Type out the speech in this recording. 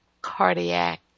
cardiac